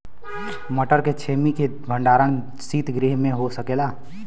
मटर के छेमी के भंडारन सितगृह में हो सकेला?